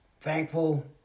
thankful